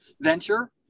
venture